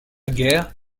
guerre